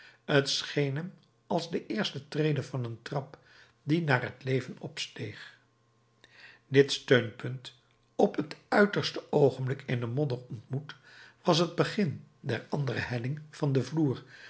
scheen hem als de eerste trede van een trap die naar het leven opsteeg dit steunpunt op het uiterste oogenblik in de modder ontmoet was het begin der andere helling van den vloer